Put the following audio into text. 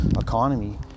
economy